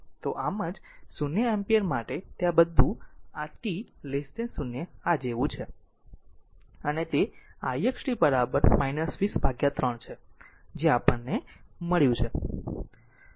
તો આમ જ 0 એમ્પીયર માટે તે આ t 0 જેવું છે અને તે ix t 203 છે જે આપણને મળ્યું છે